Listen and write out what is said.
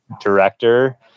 director